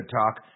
talk